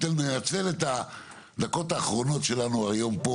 אני מנצל את הדקות האחרונות שלנו היום פה